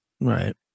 right